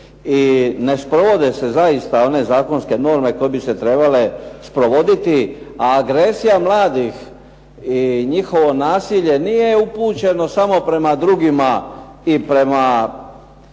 i ne sprovode se zaista one zakonske norme koje bi se trebale sprovoditi. A agresija mladih i njihovo nasilje nije upućeno samo prema drugima i prema